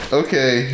okay